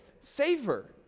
safer